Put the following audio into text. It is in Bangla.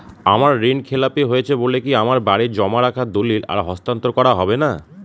আমার ঋণ খেলাপি হয়েছে বলে কি আমার বাড়ির জমা রাখা দলিল আর হস্তান্তর করা হবে না?